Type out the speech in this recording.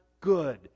good